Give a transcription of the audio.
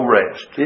rest